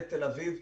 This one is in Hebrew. לתל אביב,